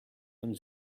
von